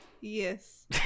yes